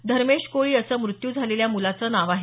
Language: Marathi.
धर्मेश कोळी असं मृत्यू झालेल्या मुलाचं नाव आहे